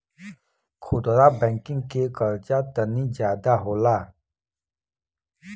खुदरा बैंकिंग के कर्जा तनी जादा होला